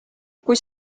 kui